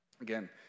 Again